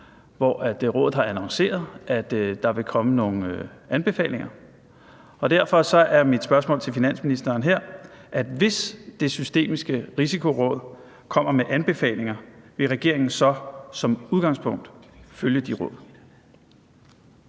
hvor rådet har annonceret, at der vil komme nogle anbefalinger. Derfor er mit spørgsmål til finansministeren her: Hvis Det Systemiske Risikoråd kommer med anbefalinger, vil regeringen så som udgangspunkt følge de råd?